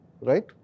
right